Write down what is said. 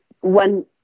one